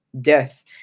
death